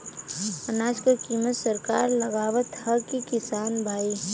अनाज क कीमत सरकार लगावत हैं कि किसान भाई?